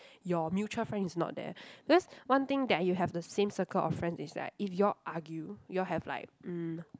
your mutual friend is not there because one thing that you have the same circle of friend is like if you all argue you all have like mm